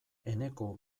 eneko